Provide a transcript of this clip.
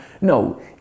No